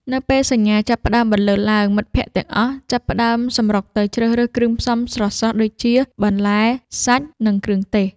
នៅពេលសញ្ញាចាប់ផ្ដើមបន្លឺឡើង មិត្តភក្តិទាំងអស់ចាប់ផ្ដើមសម្រុកទៅជ្រើសរើសគ្រឿងផ្សំស្រស់ៗដូចជា បន្លែ សាច់ និងគ្រឿងទេស។